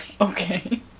Okay